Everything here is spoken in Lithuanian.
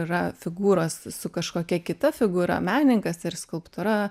yra figūros su kažkokia kita figūra menininkas ir skulptūra